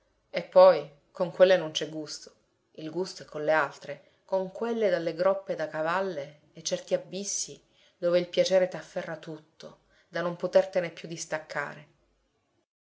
e poi con quelle non c'è gusto il gusto è con le altre con quelle dalle groppe da cavalle e certi abissi dove il piacere t'afferra tutto da non potertene più distaccare